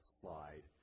slide